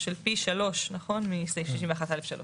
של פי שלוש מסעיף 61(א)(3).